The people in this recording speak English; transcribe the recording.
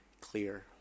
clear